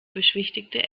beschwichtigte